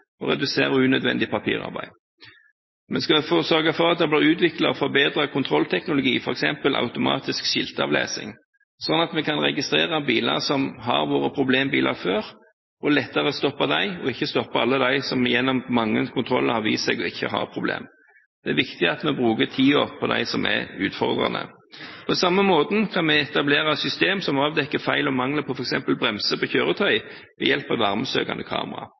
og redusere unødvendig papirarbeid. Vi skal sørge for at det blir utviklet og forbedret kontrollteknologi, f.eks. automatisk skiltavlesing, sånn at vi kan registrere biler som har vært problembiler før, og lettere stoppe dem, og ikke stoppe alle de som gjennom mange kontroller har vist seg ikke å ha problem. Det er viktig at vi bruker tiden på dem som er utfordrende. På samme måten kan vi etablere et system som avdekker feil og mangler på f.eks. bremser på kjøretøy ved hjelp av varmesøkende kamera.